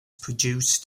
produced